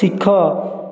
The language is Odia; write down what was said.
ଶିଖ